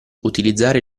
utilizzare